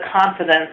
confidence